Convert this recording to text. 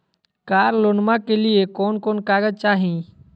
कार लोनमा के लिय कौन कौन कागज चाही?